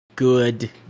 good